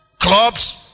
Clubs